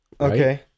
Okay